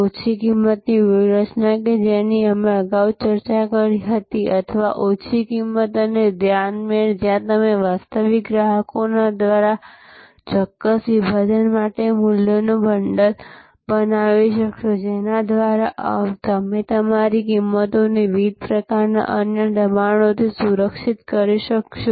ઓછી કિંમતની વ્યૂહરચના કે જેની અમે અગાઉ ચર્ચા કરી હતી અથવા ઓછી કિંમત અને ધ્યાનમેળ જ્યાં તમે વાસ્તવિક ગ્રાહકોના દ્વારા ચોક્કસ વિભાજન માટે મૂલ્યોનું બંડલ બનાવી શકશો જેના દ્વારા તમે તમારી કિંમતોને વિવિધ પ્રકારના અન્ય દબાણોથી સુરક્ષિત કરી શકશો